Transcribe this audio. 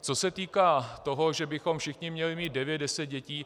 Co se týká toho, že bychom všichni měli mít devět deset dětí.